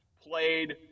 played